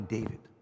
David